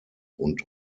und